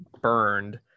burned